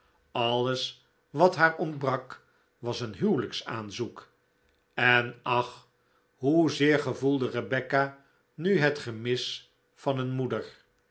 alles wat haar ontbrak was een huwelijksaanzoek en ach hoezeer gevoelde rebecca nu het gemis van een moeder